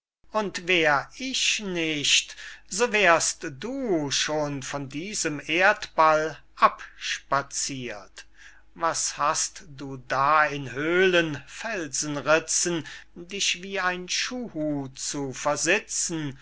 und wär ich nicht so wär'st du schon von diesem erdball abspazirt was hast du da in höhlen felsenritzen dich wie ein schuhu zu versitzen